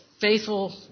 faithful